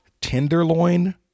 tenderloin